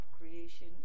creation